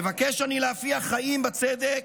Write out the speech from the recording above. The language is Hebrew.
מבקש אני להפיח חיים בצדק,